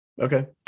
Okay